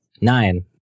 Nine